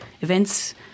events